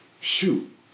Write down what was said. Shoot